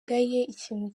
ikintu